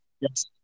Yes